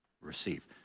receive